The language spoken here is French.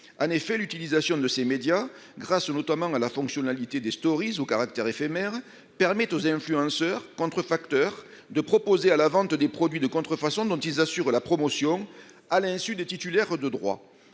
En effet, l'utilisation de ces médias, grâce notamment à la fonctionnalité des au caractère éphémère, permet aux influenceurs-contrefacteurs de proposer à la vente des produits de contrefaçon dont ils assurent la promotion, à l'insu des titulaires de droits.